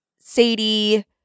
Sadie